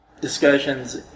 discussions